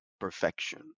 perfection